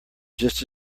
just